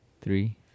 three